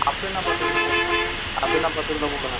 அப்படின்னா பத்து கிலோ போட்டுருங்க அப்படின்னா பத்து கிலோ போடுங்கள்